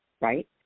right